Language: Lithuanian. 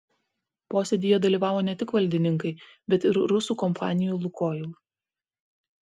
posėdyje dalyvavo ne tik valdininkai bet ir rusų kompanijų lukoil